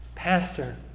Pastor